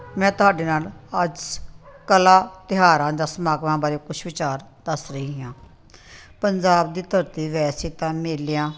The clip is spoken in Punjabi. ਮੈਂ ਤੁਹਾਡੇ ਨਾਲ ਅੱਜ ਕਲਾ ਤਿਉਹਾਰਾਂ ਜਾਂ ਸਮਾਗਮਾਂ ਬਾਰੇ ਕੁਛ ਵਿਚਾਰ ਦੱਸ ਰਹੀ ਹਾਂ ਪੰਜਾਬ ਦੀ ਧਰਤੀ ਵੈਸੇ ਤਾਂ ਮੇਲਿਆਂ